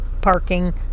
parking